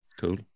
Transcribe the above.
Cool